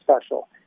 special